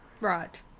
Right